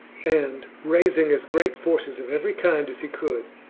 and, raising as great forces of every kind as he could,